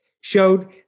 showed